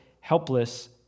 helpless